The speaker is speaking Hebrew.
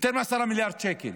יותר מ-10 מיליארד שקל.